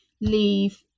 leave